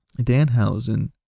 Danhausen